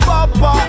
Papa